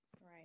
Right